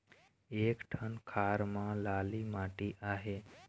एक ठन खार म लाली माटी आहे?